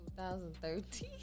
2013